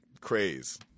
craze